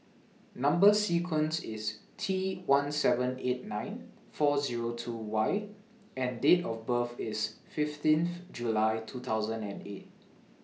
Number sequence IS T one seven eight nine four Zero two Y and Date of birth IS fifteen July two thousand and eight